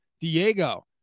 Diego